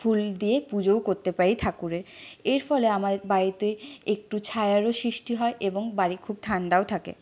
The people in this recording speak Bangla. ফুল দিয়ে পুজোও করতে পারি ঠাকুরের এর ফলে আমাদের বাড়িতে একটু ছায়ারও সৃষ্টি হয় এবং বাড়ি খুব ঠান্ডাও থাকে